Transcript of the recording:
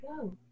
go